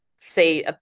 say